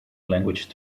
language